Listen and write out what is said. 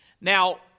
Now